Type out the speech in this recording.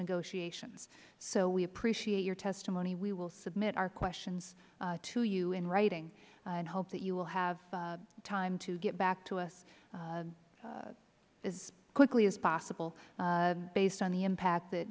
negotiations so we appreciate your testimony we will submit our questions to you in writing and hope that you will have time to get back to us as quickly as possible based on the impact that